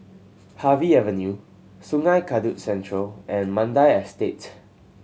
Harvey Avenue Sungei Kadut Central and Mandai Estate